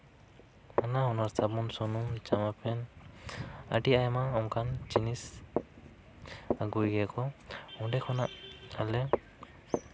ᱱᱟᱱᱟ ᱦᱩᱱᱟᱹᱨ ᱥᱟᱵᱚᱱ ᱥᱩᱱᱩᱢ ᱡᱟᱢᱟ ᱯᱮᱱᱴ ᱟᱹᱰᱤ ᱟᱭᱢᱟ ᱚᱱᱠᱟᱱ ᱡᱤᱱᱤᱥ ᱟᱹᱜᱩᱭ ᱜᱮᱭᱟ ᱠᱚ ᱚᱸᱰᱮ ᱠᱷᱚᱱᱟᱜ ᱟᱞᱮ